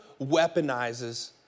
weaponizes